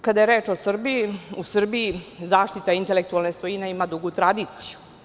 Kada je reč o Srbiji, u Srbiji zaštita intelektualne svojine ima dugu tradiciju.